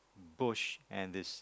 bush and it's